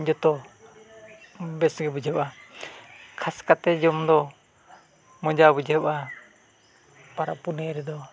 ᱡᱚᱛᱚ ᱵᱮᱥᱜᱮ ᱵᱩᱡᱷᱟᱹᱜᱼᱟ ᱠᱷᱟᱥ ᱠᱟᱛᱮᱫ ᱡᱚᱢ ᱫᱚ ᱢᱚᱡᱟ ᱵᱩᱡᱷᱟᱹᱜᱼᱟ ᱯᱚᱨᱚᱵᱽ ᱯᱩᱱᱟᱹᱭ ᱨᱮᱫᱚ